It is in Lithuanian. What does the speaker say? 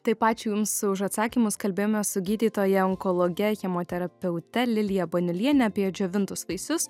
taip ačiū jums už atsakymus kalbėjome su gydytoja onkologe chemoterapeute lilija baniulienė apie džiovintus vaisius